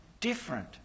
different